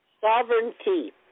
Sovereignty